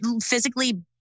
physically